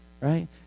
right